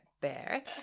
bear